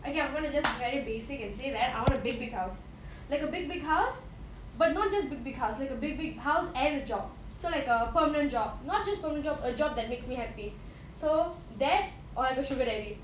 okay I'm going to just very basic and say that I want a big big house like a big big house but not just big big house like a big big house and a job so like a permanent job not just permanent job a job that makes me happy so that or a sugar daddy